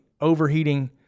overheating